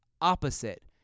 opposite